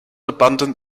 abundant